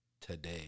today